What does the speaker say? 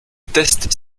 test